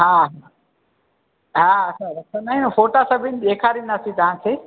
हा हा असां रखंदा आहियूं फोटा सब ॾेखारींदासीं तव्हांखे